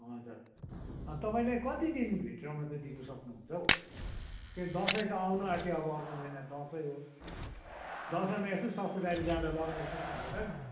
हजुर तपाईँले कति दिन भित्रमा चाहिँ दिनु सक्नुहुन्छ हौ फेरि दसैँ त आउनु आँट्यो अब अर्को महिना त दसैँ हो दसैँमा यसो ससुराली जाँदा लगाएर जाउँ भनेर नि